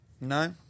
No